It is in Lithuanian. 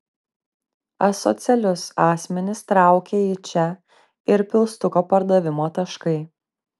asocialius asmenis traukia į čia ir pilstuko pardavimo taškai